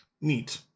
Neat